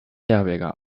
herberger